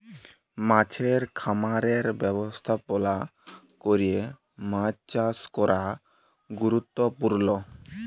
মাছের খামারের ব্যবস্থাপলা ক্যরে মাছ চাষ ক্যরা গুরুত্তপুর্ল